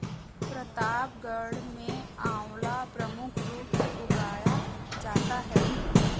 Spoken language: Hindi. प्रतापगढ़ में आंवला प्रमुख रूप से उगाया जाता है